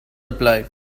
reply